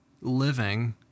living